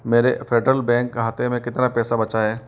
मेरे Federal Bank खाते में कितना पैसा बचा है